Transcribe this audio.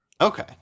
Okay